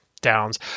downs